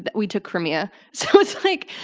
but we took crimea. so it's like,